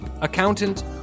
accountant